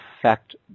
affect